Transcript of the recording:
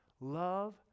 Love